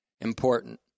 important